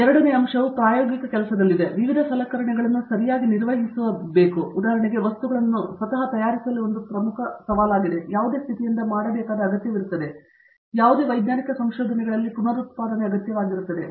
ಎರಡನೇ ಅಂಶವು ಪ್ರಾಯೋಗಿಕ ಕೆಲಸದಲ್ಲಿದೆ ವಿವಿಧ ಸಲಕರಣೆಗಳನ್ನು ಸರಿಯಾಗಿ ನಿರ್ವಹಿಸುವಲ್ಲಿ ಉದಾಹರಣೆಗೆ ವಸ್ತುಗಳನ್ನು ಸ್ವತಃ ತಯಾರಿಸುವಲ್ಲಿ ಒಂದು ಪ್ರಮುಖ ಸವಾಲಾಗಿದೆ ಮತ್ತು ಅದು ಯಾವುದೇ ಸ್ಥಿತಿಯಿಂದ ಮಾಡಬೇಕಾದ ಅಗತ್ಯವಿರುತ್ತದೆ ಆದ್ದರಿಂದ ಯಾವುದೇ ವೈಜ್ಞಾನಿಕ ಸಂಶೋಧನೆಗಳಲ್ಲಿ ಪುನರುತ್ಪಾದನೆ ಅಗತ್ಯವಾಗಿರುತ್ತದೆ